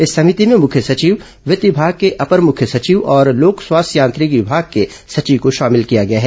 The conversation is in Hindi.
इस समिति में मुख्य सविव वित्त विभाग के अपर मुख्य सचिव और लोक स्वास्थ्य यांत्रिकी विभाग के सचिव को शामिल किया गया है